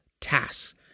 tasks